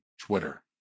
Twitter